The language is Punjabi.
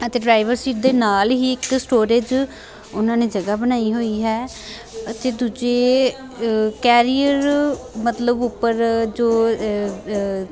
ਅਤੇ ਡਰਾਈਵਰ ਸੀਟ ਦੇ ਨਾਲ ਹੀ ਇੱਕ ਸਟੋਰੇਜ ਉਹਨਾਂ ਨੇ ਜਗ੍ਹਾ ਬਣਾਈ ਹੋਈ ਹੈ ਅਤੇ ਦੂਜੇ ਕੈਰੀਅਰ ਮਤਲਬ ਉੱਪਰ ਜੋ